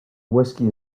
whiskey